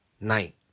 night